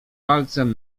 palcem